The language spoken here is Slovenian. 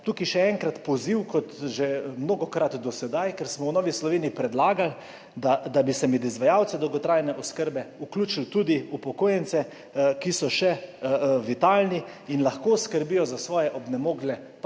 tukaj še enkrat poziv, kot že mnogokrat do sedaj, ker smo v Novi Sloveniji predlagali, da bi se med izvajalce dolgotrajne oskrbe vključili tudi upokojenci, ki so še vitalni in lahko skrbijo za svoje obnemogle